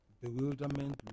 bewilderment